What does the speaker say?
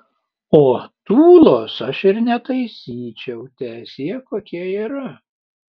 o tūlos aš ir netaisyčiau teesie kokia yra